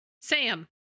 Sam